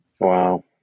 Wow